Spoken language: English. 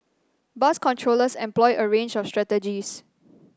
bus controllers employ a range of strategies